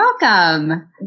Welcome